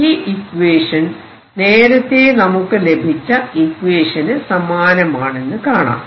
ഈ ഇക്വേഷൻ നേരത്തെ നമുക്ക് ലഭിച്ച ഇക്വേഷനു സമാനമാണെന്ന് കാണാം